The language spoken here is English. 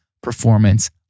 performance